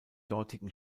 dortigen